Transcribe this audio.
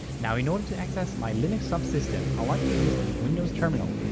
now in order to access my linux subsystem i like to use the windows terminal.